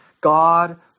God